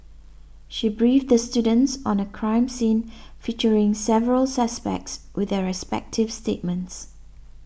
she briefed the students on a crime scene featuring several suspects with their respective statements